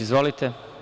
Izvolite.